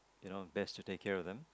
you know best to take care of them